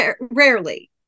Rarely